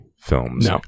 films